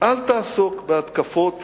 אל תעסוק בהתקפות